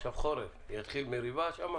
עכשיו חורף, תתחיל שם מריבה?